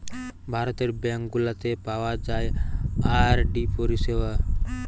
ভারতের ব্যাঙ্ক গুলাতে পাওয়া যায় আর.ডি পরিষেবা